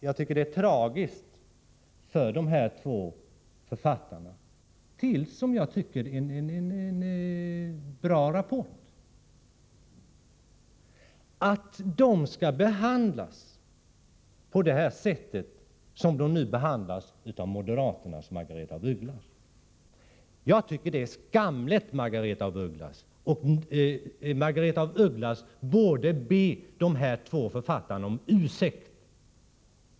Jag tycker att det är tragiskt att de två författarna till en, som jag tycker, bra rapport skall behandlas på det sätt som de nu behandlas av moderaternas Margaretha af Ugglas. Jag tycker det är skamligt, Margaretha af Ugglas. Margaretha af Ugglas borde be de här två författarna om ursäkt.